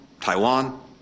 Taiwan